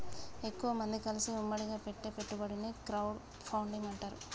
ఎక్కువమంది కలిసి ఉమ్మడిగా పెట్టే పెట్టుబడిని క్రౌడ్ ఫండింగ్ అంటారు